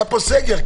היה פה סגר.